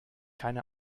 keine